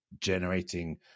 generating